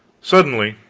suddenly,